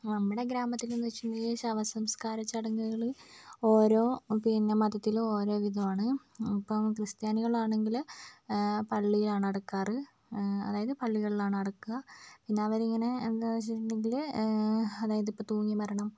നമ്മുടെ ഗ്രാമത്തിൽ എന്ന് വെച്ചിട്ടുണ്ടെങ്കിൽ ശവസംസ്കാര ചടങ്ങുകൾ ഓരോ പിന്നെ മതത്തിലും ഓരോ വിധമാണ് ഇപ്പം ക്രിസ്ത്യാനികളാണെങ്കിൽ പള്ളിയിലാണ് അടക്കാറ് അതായത് പള്ളികളിലാണ് അടക്കുക പിന്നെ അവരിങ്ങനെ എന്താണെന്ന് വെച്ചിട്ടുണ്ടെങ്കിൽ അതായതിപ്പം തൂങ്ങിമരണം